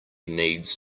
needs